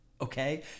okay